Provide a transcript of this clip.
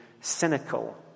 cynical